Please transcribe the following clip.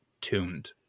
tuned